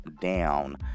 down